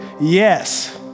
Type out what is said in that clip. Yes